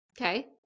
Okay